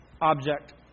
object